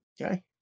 Okay